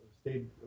stayed